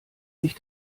sich